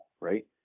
right